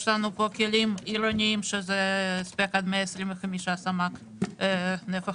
יש כלים עירוניים שזה הספק עד 125 סמ"ק נפח